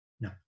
No